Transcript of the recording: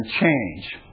change